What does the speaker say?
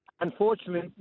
unfortunately